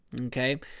Okay